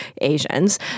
Asians